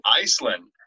iceland